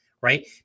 right